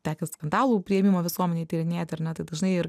tekę skandalų priėmimo visuomenėj tyrinėti ar ne taip dažnai ir